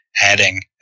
adding